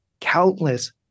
countless